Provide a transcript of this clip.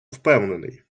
впевнений